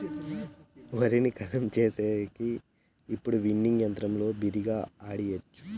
వరిని కల్లం చేసేకి ఇప్పుడు విన్నింగ్ యంత్రంతో బిరిగ్గా ఆడియచ్చు